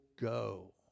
go